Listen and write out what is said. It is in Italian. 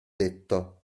detto